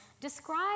describe